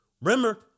Remember